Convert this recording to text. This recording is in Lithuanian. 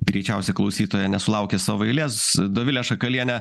greičiausiai klausytoja nesulaukė savo eilės dovilė šakalienė